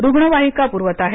रुग्णवाहिका पुरवत आहेत